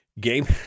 game